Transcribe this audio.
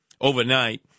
overnight